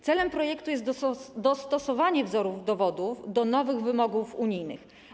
Celem projektu jest dostosowanie wzorów dowodów do nowych wymogów unijnych.